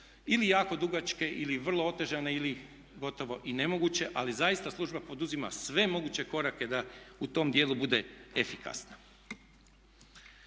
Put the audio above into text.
ili jako dugačke ili vrlo otežane ili gotovo i nemoguće. Ali zaista služba poduzima sve moguće korake da u tom dijelu bude efikasna.